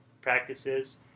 practices